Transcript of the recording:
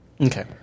Okay